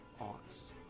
arts